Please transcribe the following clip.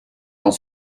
dans